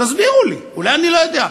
תסבירו לי, אולי אני לא יודע.